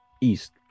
east